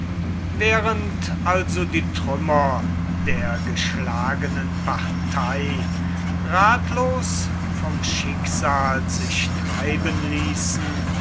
während also die trümmer der geschlagenen partei ratlos vom schicksal sich treiben ließen